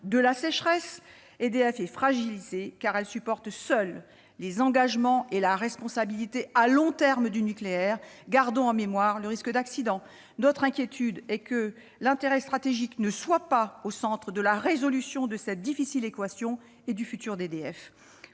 sécheresse. EDF est fragilisée, car elle supporte seule les engagements et la responsabilité à long terme du nucléaire. Gardons en mémoire le risque d'accident. Notre inquiétude naît de ce que l'intérêt stratégique doit être au centre de la résolution de cette difficile équation et du futur d'EDF.